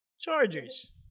Chargers